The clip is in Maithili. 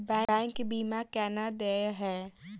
बैंक बीमा केना देय है?